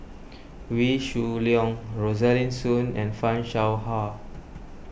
Wee Shoo Leong Rosaline Soon and Fan Shao Hua